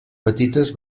petites